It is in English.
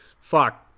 fuck